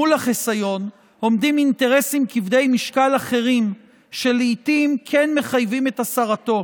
מול החיסיון עומדים אינטרסים כבדי משקל אחרים שלעיתים מחייבים את הסרתו,